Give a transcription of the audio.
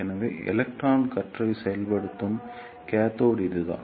எனவே எலக்ட்ரான் கற்றை செலுத்தப்படும் கேத்தோட் இதுதான்